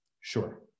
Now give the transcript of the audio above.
Sure